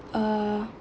uh